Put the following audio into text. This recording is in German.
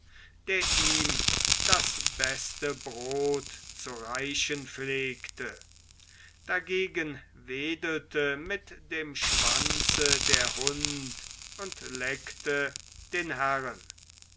der ihm das beste brot zu reichen pflegte dagegen wedelte mit dem schwanze der hund und leckte den herren